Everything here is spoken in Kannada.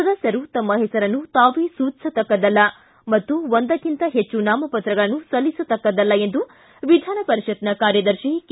ಸದಸ್ಯರು ತಮ್ಮ ಹೆಸರನ್ನು ತಾವೇ ಸೂಚಿಸತಕ್ಕದ್ದಲ್ಲ ಮತ್ತು ಒಂದಕ್ಕಿಂತ ಹೆಚ್ಚು ನಾಮಪತ್ರಗಳನ್ನು ಸಲ್ಲಿಸತಕ್ಕದ್ದಲ್ಲ ಎಂದು ವಿಧಾನಪರಿಷತ್ನ ಕಾರ್ಯದರ್ಶಿ ಕೆ